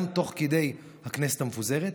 גם תוך כדי הכנסת המפוזרת,